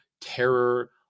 terror